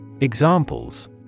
Examples